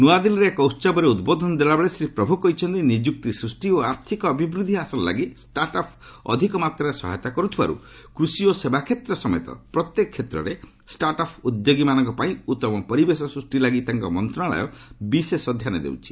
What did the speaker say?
ନୂଆଦିଲ୍ଲୀରେ ଏକ ଉତ୍ସବରେ ଉଦ୍ବୋଧନ ଦେଲାବେଳେ ଶ୍ରୀ ପ୍ରଭୁ କହିଛନ୍ତି ନିଯୁକ୍ତି ସୃଷ୍ଟି ଓ ଆର୍ଥିକ ଅଭିବୃଦ୍ଧି ହାସଲ ଲାଗି ଷ୍ଟାର୍ଟ୍ ଅଫ୍ ଅଧିକ ମାତ୍ରାରେ ସହାୟତା କରୁଥିବାରୁ କୃଷି ଓ ସେବା କ୍ଷେତ୍ର ସମେତ ପ୍ରତ୍ୟେକ କ୍ଷେତ୍ରରେ ଷ୍ଟାର୍ଟ୍ ଅଫ୍ ଉଦ୍ୟୋଗୀମାନଙ୍କ ପାଇଁ ଉତ୍ତମ ପରିବେଶ ସୃଷ୍ଟି ଲାଗି ତାଙ୍କ ମନ୍ତ୍ରଣାଳୟ ବିଶେଷ ଧ୍ୟାନ ଦେଉଛି